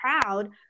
proud